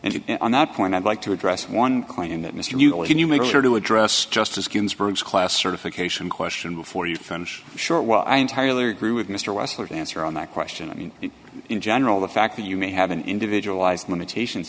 and on that point i'd like to address one claim that mr mueller when you make sure to address justice ginsburg's class certification question before you finish short well i entirely agree with mr russert answer on that question i mean in general the fact that you may have an individualized limitations